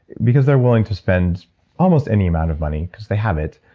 because they're willing to spend almost any amount of money, because they have it,